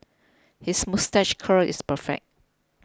his moustache curl is perfect